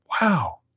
Wow